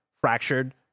fractured